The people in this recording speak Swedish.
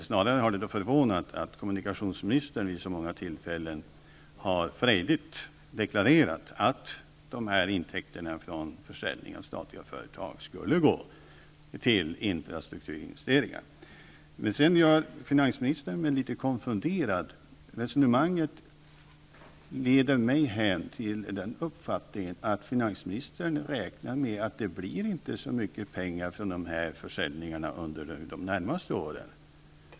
Snarare har det då förvånat att kommunikationsministern vid så många tillfällen frejdigt har deklarerat att intäkterna från försäljning av statliga företag skulle gå till infrastrukturinvesteringar. Sedan gör finansministern mig litet konfunderad. Resonemanget leder mig hän till den uppfattningen, att finansministern räknar med att det inte blir så mycket pengar från dessa försäljningar under de närmaste åren.